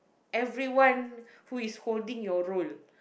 everyone who is holding your role